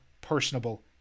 personable